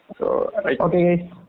okay